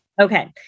Okay